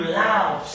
love